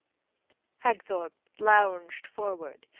hagthorpe lounged forward.